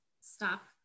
Stop